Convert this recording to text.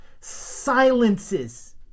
silences